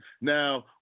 Now